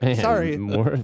Sorry